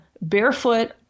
barefoot